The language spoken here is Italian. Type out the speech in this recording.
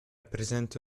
presente